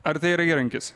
ar tai yra įrankis